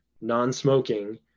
non-smoking